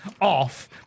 off